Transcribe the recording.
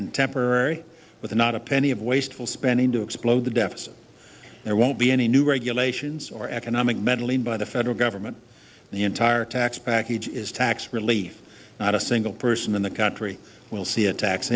and temporary but not a penny of wasteful spending to explode the deficit there won't be any new regulations or economic meddling by the federal government the entire tax package is tax relief not a single person in the country will see a tax